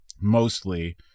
mostly